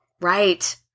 Right